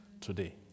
today